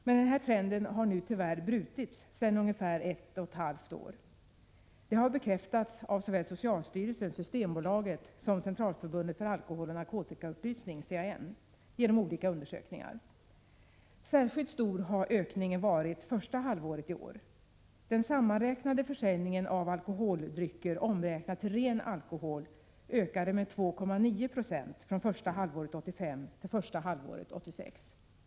Men denna trend har nu tyvärr brutits sedan ungefär ett och ett halvt år. Det har bekräftats av såväl socialstyrelsen, Systembolaget som Centralförbundet för alkoholoch narkotikaupplysning genom olika undersökningar. Särskilt stor har ökningen varit första halvåret i år. Den sammanräknade försäljningen av alkoholdrycker, omräknat till ren alkohol, ökade med 2,9 96 från första halvåret 1985 till första halvåret 1986.